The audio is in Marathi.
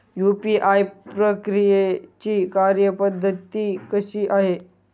यू.पी.आय प्रक्रियेची कार्यपद्धती कशी आहे?